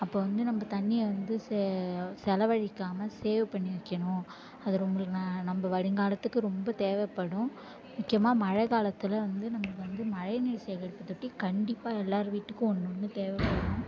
அப்போ வந்து நம்ம தண்ணியை வந்து செ செலவழிக்காமல் சேவ் பண்ணி வைக்கணும் அது உங்களுக்கு நம்ம வருங்காலத்துக்கு ரொம்ப தேவைப்படும் முக்கியமாக மழை காலத்தில் வந்து நமக்கு வந்து மழைநீர் சேகரிப்பு தொட்டி கண்டிப்பாக எல்லாேர் வீட்டுக்கும் ஒன்று ஒன்று தேவைப்படும்